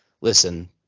listen